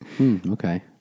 Okay